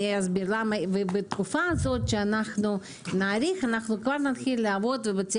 ובתקופה הזאת שאנחנו נאריך נתחיל לעבוד על חוק